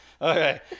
Okay